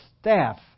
staff